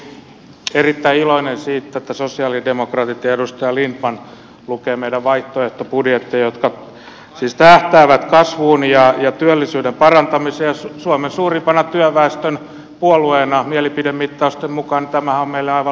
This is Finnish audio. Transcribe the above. olen tietenkin erittäin iloinen siitä että sosialidemokraatit ja edustaja lindtman lukevat meidän vaihtoehtobudjetteja jotka siis tähtäävät kasvuun ja työllisyyden parantamiseen ja meillehän suomen suurimpana työväestön puolueena mielipidemittausten mukaan tämä on aivan luonnollista